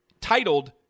titled